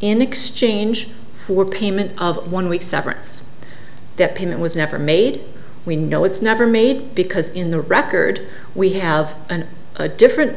in exchange for payment of one week severance that payment was never made we know it's never made because in the record we have an a different